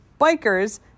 bikers